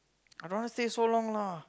I don't want to stay so long lah